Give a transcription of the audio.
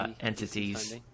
entities